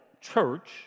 church